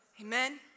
Amen